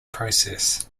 process